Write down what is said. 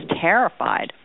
terrified